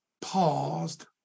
paused